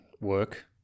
work